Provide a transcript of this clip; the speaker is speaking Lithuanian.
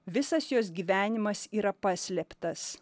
visas jos gyvenimas yra paslėptas